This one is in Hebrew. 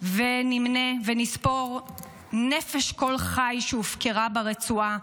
ונמנה ונספור נפש כל חי שהופקרה ברצועה,